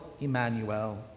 Emmanuel